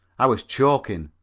i was choking.